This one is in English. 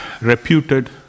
reputed